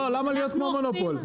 למה להיות כמו מונופול?